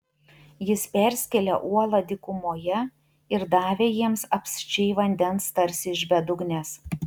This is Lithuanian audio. jis perskėlė uolą dykumoje ir davė jiems apsčiai vandens tarsi iš bedugnės